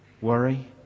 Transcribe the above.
worry